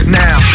now